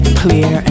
clear